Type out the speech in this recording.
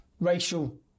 racial